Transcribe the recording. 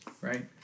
right